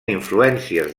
influències